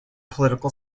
political